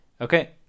Okay